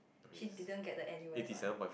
she didn't get the N_U_S one